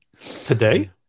today